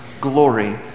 glory